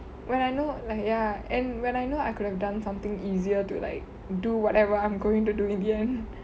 when I know ya and when I know I could have done something easier to like do whatever I'm going to do in the end